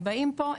הם באים לפה,